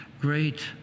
great